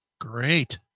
Great